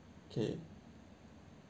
okay